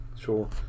Sure